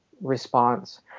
response